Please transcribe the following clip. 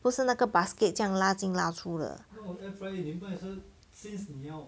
不是那个 basket 这样拉进拉出的